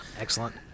Excellent